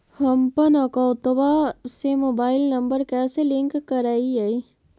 हमपन अकौउतवा से मोबाईल नंबर कैसे लिंक करैइय?